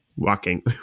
Walking